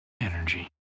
energy